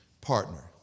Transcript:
partner